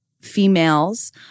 females